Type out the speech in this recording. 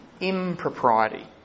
impropriety